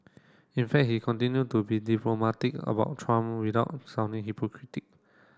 in fact he continue to be diplomatic about Trump without sounding hypocritic